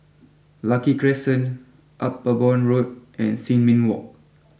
Lucky Crescent Upavon Road and Sin Ming walk